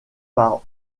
par